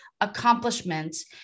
accomplishments